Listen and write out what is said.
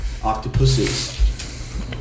Octopuses